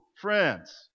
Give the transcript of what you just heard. friends